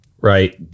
right